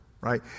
Right